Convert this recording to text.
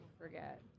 forget